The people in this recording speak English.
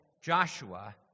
Joshua